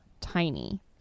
tiny